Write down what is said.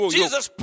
Jesus